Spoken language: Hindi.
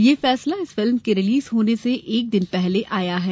यह फैसला इस फिल्म के रिलीज होने से एक दिन पहले आया है